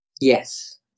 Yes